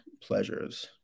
pleasures